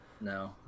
No